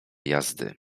jazdy